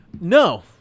No